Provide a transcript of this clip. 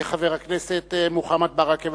חבר הכנסת מוחמד ברכה.